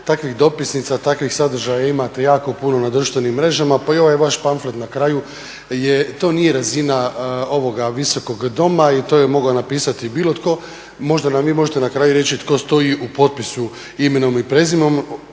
Takvih dopisnica, takvih sadržaja imate jako puno na društvenim mrežama, pa i ovaj vaš pamflet na kraju, to nije razina ovoga visokog doma i to je mogao napisati bilo tko. Možda nam vi možete na kraju reći tko stoji u potpisu imenom i prezimenom.